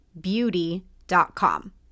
beauty.com